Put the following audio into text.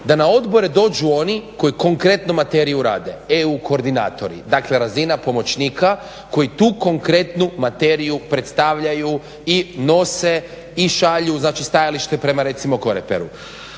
da na odbore dođu oni koji konkretno materiju rade eu koordinatori, dakle razina pomoćnika koji tu konkretnu materiju predstavljaju i nose i šalje stajalište prema recimo Coreperu.